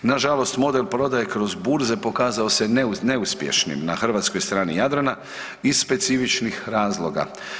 Na žalost model prodaje kroz burze pokazao se neuspješnim na hrvatskoj strani Jadrana iz specifičnih razloga.